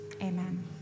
Amen